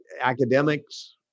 academics